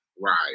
right